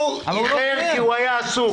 הוא אחר כי הוא היה עסוק,